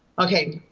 okay,